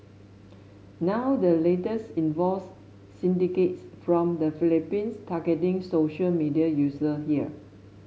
now the latest involves syndicates from the Philippines targeting social media user here